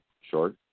short